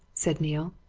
said neale.